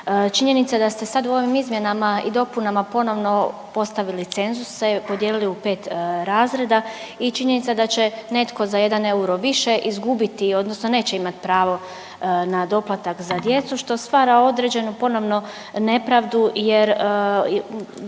činjenica da ste sad u ovim izmjenama i dopunama ponovno postavili cenzuse, podijelili u 5 razreda i činjenica da će netko za 1 euro više izgubiti odnosno neće imat pravo na doplatak za djecu što stvara određenu ponovno nepravdu jer,